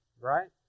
right